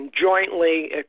jointly